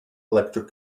electric